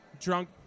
drunk